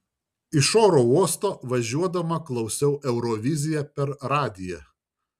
iš oro uosto važiuodama klausiau euroviziją per radiją